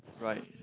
right